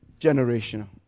Generational